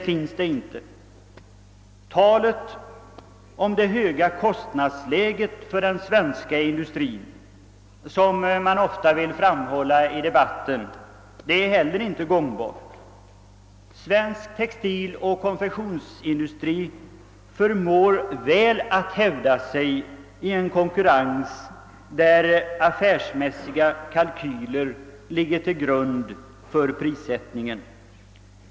Påståendena om det höga kostnadsläget för den svenska industrin, som ofta görs i debatten, är inte heller gångbara. Svensk textiloch konfektionsindustri förmår att hävda sig väl i en konkurrens där affärsmässiga kalkyler ligger till grund för prisättningen.